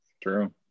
True